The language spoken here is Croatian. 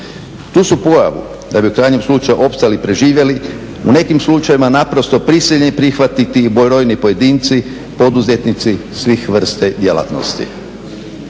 Tu su pojavu da bi u krajnjem slučaju opstali i preživjeli u nekim slučajevima naprosto prisiljeni prihvatiti i brojni pojedinci, poduzetnici svih vrste djelatnosti.